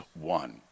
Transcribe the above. one